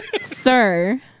sir